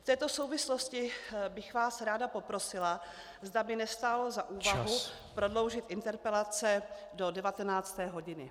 V této souvislosti bych vás ráda poprosila, zda by nestálo za úvahu prodloužit interpelace do 19. hodiny.